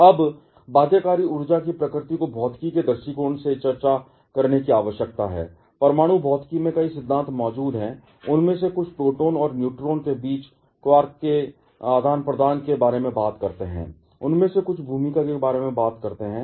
अब बाध्यकारी ऊर्जा की प्रकृति को भौतिकी के दृष्टिकोण से चर्चा करने की आवश्यकता है परमाणु भौतिकी में कई सिद्धांत मौजूद हैं उनमें से कुछ प्रोटॉन और न्यूट्रॉन के बीच क्वार्क के आदान प्रदान के बारे में बात करते हैं उनमें से कुछ भूमिका के बारे में बात करते हैं